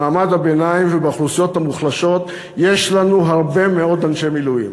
במעמד הביניים ובאוכלוסיות המוחלשות יש לנו הרבה מאוד אנשי מילואים,